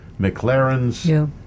mclarens